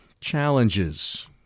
challenges